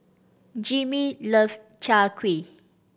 Jimmie love Chai Kuih